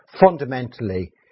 fundamentally